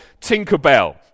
Tinkerbell